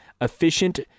efficient